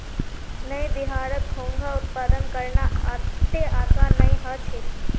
नइ बिहारत घोंघा उत्पादन करना अत्ते आसान नइ ह छेक